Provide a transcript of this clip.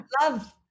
love